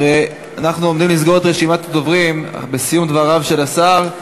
אנחנו עומדים לסגור את רשימת הדוברים בסיום דבריו של השר.